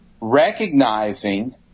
recognizing